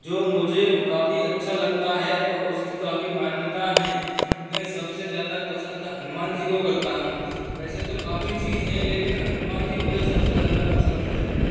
जो मुझे काफ़ी अच्छा लगता है और उसकी काफ़ी मान्यता हैं मै सबसे ज़्यादा पसंद हनुमान जी को करता हूँ वैसे तो काफ़ी चीज़ है लेकिन हनुमान जी मुझे सबसे ज़्यादा पसंद है